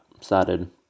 started